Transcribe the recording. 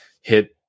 hit